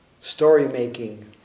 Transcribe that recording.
story-making